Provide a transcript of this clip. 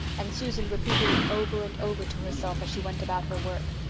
and susan repeated it over and over to herself as she went about her work.